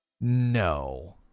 No